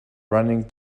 running